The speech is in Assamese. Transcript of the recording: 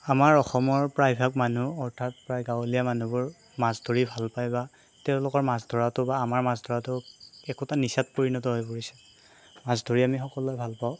আমাৰ অসমৰ প্ৰায়ভাগ মানুহ অৰ্থাৎ প্ৰায় গাঁৱলীয়া মানুহবোৰ মাছ ধৰি ভাল পায় বা তেওঁলোকৰ মাছ ধৰাটো বা আমাৰ মাছ ধৰাটো একোটা নিচাত পৰিণত হৈ পৰিছে মাছ ধৰি আমি সকলোৱে ভালপাওঁ